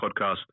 podcast